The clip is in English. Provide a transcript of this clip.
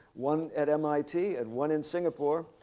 one at mit and one in singapore.